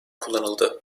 kullanıldı